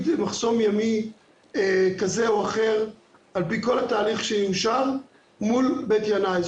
מחסום ימי כזה או אחר על פי כל התהליך שיאושר מול בית ינאי.